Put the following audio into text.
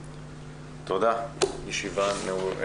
תודה, הישיבה נעולה.